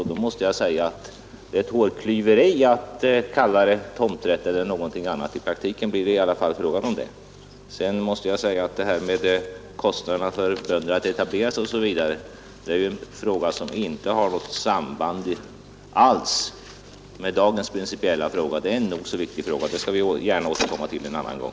Det är hårklyveri att säga att det inte rör sig om tomträtt utan om någonting annat; i praktiken blir det i alla fall fråga om det. Frågan om kostnaderna för bönder att etablera sig osv. har ju inte samband alls med dagens principiella problem. Men saken är nog så viktig, och jag skall gärna återkomma till den en annan gång.